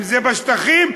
אם בשטחים,